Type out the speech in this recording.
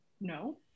no